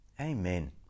amen